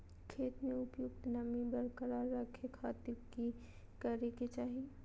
खेत में उपयुक्त नमी बरकरार रखे खातिर की करे के चाही?